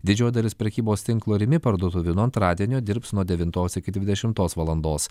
didžioji dalis prekybos tinklo rimi parduotuvių nuo antradienio dirbs nuo devintos iki dvidešimtos valandos